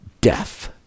death